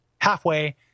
halfway